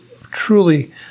truly